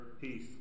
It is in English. peace